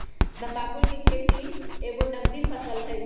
तमाकुल कें खेति एगो नगदी फसल हइ